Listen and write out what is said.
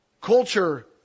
Culture